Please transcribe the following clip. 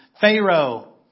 Pharaoh